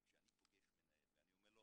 כי כשאני פוגש מנהל ואני אומר לו,